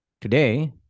Today